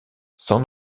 sans